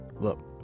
look